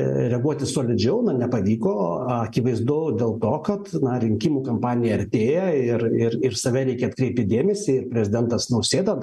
reaguoti solidžiau na nepavyko akivaizdu dėl to kad na rinkimų kampanija artėja ir ir ir į save reikia atkreipti dėmesį ir prezidentas nausėda